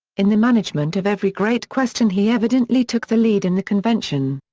in the management of every great question he evidently took the lead in the convention.